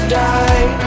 die